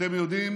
אתם יודעים